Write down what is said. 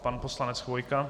Pan poslanec Chvojka?